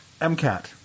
MCAT